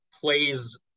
plays